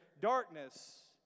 darkness